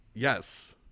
Yes